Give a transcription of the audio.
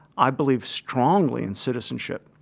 i believe strongly in citizenship.